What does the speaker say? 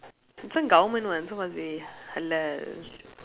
this one government one so must be halal